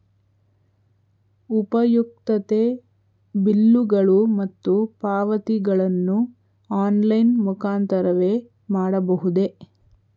ಉಪಯುಕ್ತತೆ ಬಿಲ್ಲುಗಳು ಮತ್ತು ಪಾವತಿಗಳನ್ನು ಆನ್ಲೈನ್ ಮುಖಾಂತರವೇ ಮಾಡಬಹುದೇ?